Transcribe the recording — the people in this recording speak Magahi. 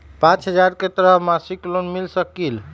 पाँच हजार के तहत मासिक लोन मिल सकील?